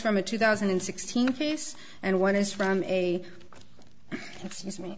from a two thousand and sixteen case and one is from excuse me